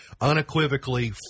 unequivocally